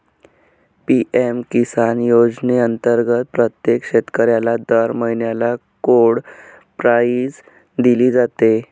PM Kisan योजनेअंतर्गत प्रत्येक शेतकऱ्याला दर महिन्याला कोड प्राईज दिली जाते